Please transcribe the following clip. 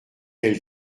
elle